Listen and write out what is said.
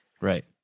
Right